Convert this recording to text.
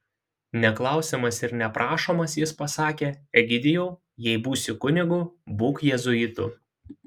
neklausiamas ir neprašomas jis pasakė egidijau jei būsi kunigu būk jėzuitu